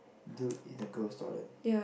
dude in a girl's toilet